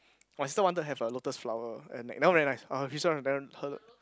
my sister wanted to have a lotus flower and that one very nice